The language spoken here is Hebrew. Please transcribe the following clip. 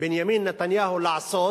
בנימין נתניהו לעשות